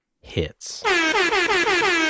hits